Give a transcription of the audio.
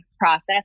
process